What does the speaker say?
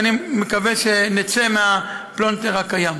ואני מקווה שנצא מהפלונטר הקיים.